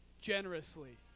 generously